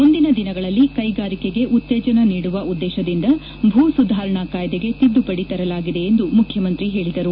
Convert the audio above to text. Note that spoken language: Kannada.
ಮುಂದಿನ ದಿನಗಳಲ್ಲಿ ಕೈಗಾರಿಕೆಗೆ ಉತ್ತೇಜನ ನೀಡುವ ಉದ್ದೇತದಿಂದ ಭೂ ಸುಧಾರಣಾ ಕಾಯ್ಲೆಗೆ ತಿದ್ದುಪಡಿ ತರಲಾಗಿದೆ ಎಂದು ಮುಖ್ಯಮಂತ್ರಿ ಹೇಳಿದರು